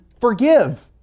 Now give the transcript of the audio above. forgive